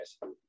guys